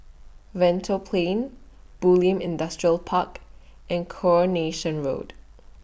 Lentor Plain Bulim Industrial Park and Coronation Road